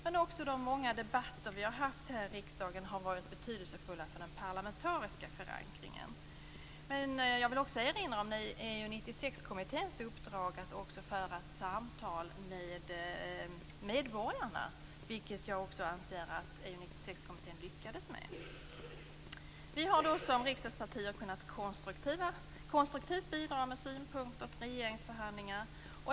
Men också de många debatter vi har haft här i riksdagen har varit betydelsefulla för den parlamentariska förankringen. Jag vill även erinra om EU 96 kommitténs uppdrag att också föra ett samtal med medborgarna, vilket jag anser att EU 96-kommittén lyckades med. Vi i riksdagspartierna har konstruktivt kunnat bidra med synpunkter till regeringsförhandlarna.